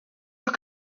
are